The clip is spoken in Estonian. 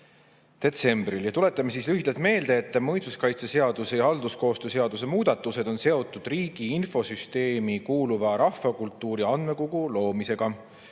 detsembril. Tuletame lühidalt meelde, et muinsuskaitseseaduse ja halduskoostöö seaduse muudatused on seotud riigi infosüsteemi kuuluva rahvakultuuri andmekogu loomisega.